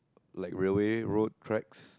like railway road tracks